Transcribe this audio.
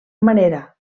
manera